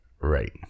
Right